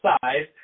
size